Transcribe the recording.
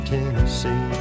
Tennessee